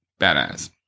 badass